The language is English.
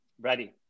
Ready